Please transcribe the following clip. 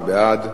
מי בעד?